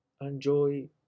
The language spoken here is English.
enjoy